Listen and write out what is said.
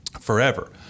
forever